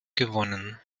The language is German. gewonnen